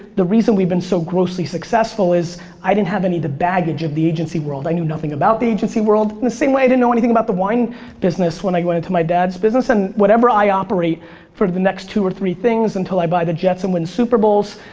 the reason we've been so grossly successful is i didn't have any of the baggage of the agency world. i knew nothing about the agency world in the same way i didn't know anything about the wine business when i went into my dad's business. and whatever i operate for the next two or three things until i buy the jets and win super bowls,